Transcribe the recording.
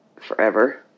Forever